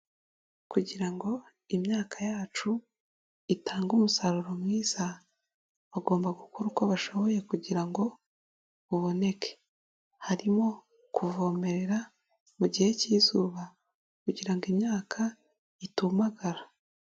Kugira ngo imyaka yacu itange umusaruro mwiza bagomba gukora uko bashoboye kugira ngo uboneke, harimo kuvomerera mu gihe k'izuba kugira ngo imyaka itumagara.